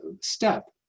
step